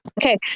Okay